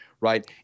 Right